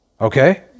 Okay